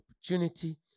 opportunity